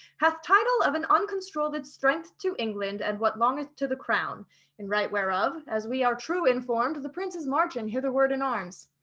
hath title of an uncontrolled strength to england, and what longeth to the crown in right whereof, as we are true informed, the prince is marching hitherward in arms.